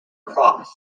cross